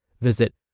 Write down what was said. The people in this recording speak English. Visit